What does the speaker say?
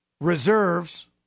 reserves